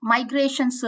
Migration